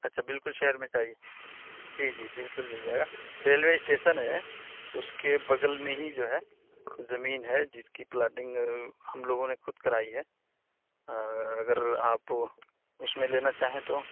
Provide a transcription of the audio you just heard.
اچھا بالکل شہر میں چاہیے جی جی بالکل مل جائے گا ریلوے اسٹیشن ہے اس کے بغل میں ہی جو ہے زمین ہے جس کی پلاٹنگ ہم لوگوں نے خود کرائی ہے اگر آپ اس میں لینا چاہیں تو